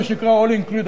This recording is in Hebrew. מה שנקרא all included,